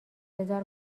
بزار